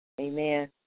Amen